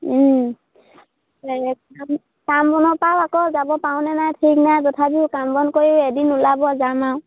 এই কাম কাম বনৰ পৰাও আকৌ যাব পাৰোনে নাই ঠিক নাই তথাপিও কাম বন কৰি এদিন ওলাব যাম আৰু